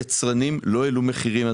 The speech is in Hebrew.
היצרנים לא העלו מחירים,